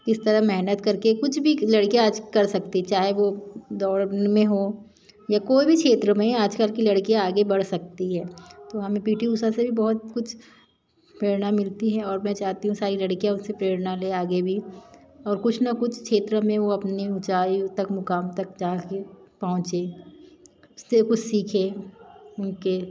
किस तरह मेहनत करके कुछ भी लड़कियाँ आज कर सकती चाहे वो दौड़ में हो या कोई भी क्षेत्र में आज कल की लड़कियाँ आगे बढ़ सकती है तो हमें पी टी ऊषा से भी बहुत कुछ प्रेरणा मिलती है और मैं चाहती हूँ सारी लड़कियाँ उनसे प्रेरणा ले आगे भी और कुछ ना कुछ क्षेत्र में वो अपनी जाए तक मुकाम तक जाके पहुँचे उससे कुछ सीखे उनके